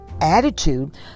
attitude